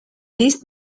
this